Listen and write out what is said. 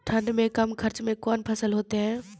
ठंड मे कम खर्च मे कौन फसल होते हैं?